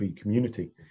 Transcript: community